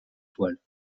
toile